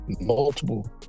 multiple